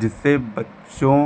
जिससे बच्चों